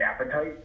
appetite